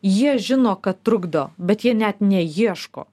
jie žino kad trukdo bet jie net neieško